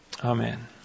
Amen